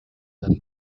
than